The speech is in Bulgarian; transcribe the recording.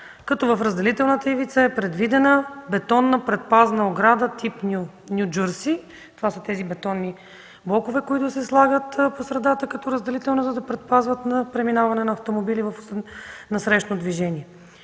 като в разделителната ивица е предвидена бетонна предпазна ограда тип „Ню Джърси” – това са бетонни блокове, които се слагат по средата като разделителна линия, за да предпазват преминаване на автомобили в насрещното движение.